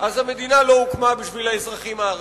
אז המדינה לא הוקמה בשביל האזרחים הערבים,